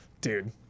Dude